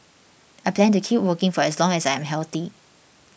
I plan to keep working for as long as I am healthy